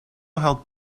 held